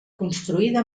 construïda